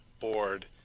board